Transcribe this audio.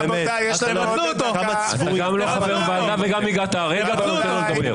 אתה גם לא חבר ועדה וגם הגעת הרגע ואתה נותן לו לדבר.